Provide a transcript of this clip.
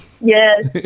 yes